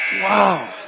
Wow